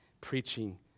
preaching